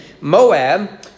Moab